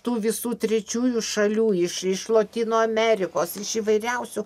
tų visų trečiųjų šalių iš iš lotynų amerikos iš įvairiausių